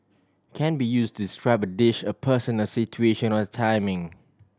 can be use to describe a dish a person a situation or a timing